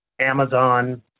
Amazon